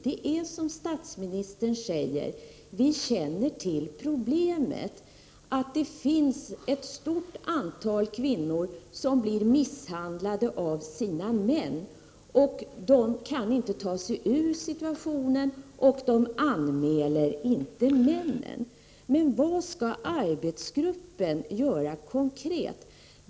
Det är som statsministern säger — vi känner till problemet, nämligen att det finns ett stort antal kvinnor som blir misshandlade av sina män. Kvinnorna kan inte ta sig ur sin situation och anmäler inte männen. Men vad skall då arbetsgruppen konkret göra?